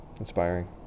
Inspiring